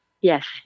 Yes